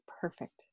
perfect